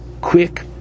quick